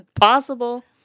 Possible